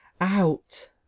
Out